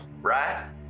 right